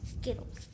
Skittles